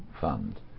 Fund